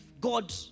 God